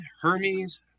Hermes